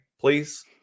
please